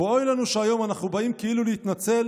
ואוי לנו שהיום אנחנו באים כאילו להתנצל